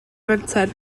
fenter